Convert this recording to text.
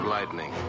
lightning